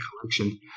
collection